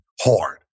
hard